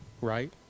right